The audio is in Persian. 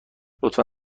لطفا